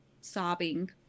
sobbing